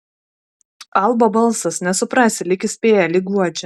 albo balsas nesuprasi lyg įspėja lyg guodžia